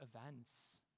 events